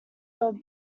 your